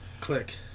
Click